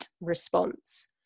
response